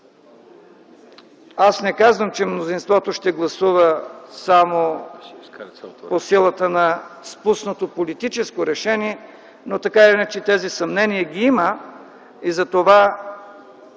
Аз не казвам, че мнозинството ще гласува само по силата на спуснато политическо решение, но така или иначе тези съмнения ги има. Затова